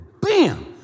bam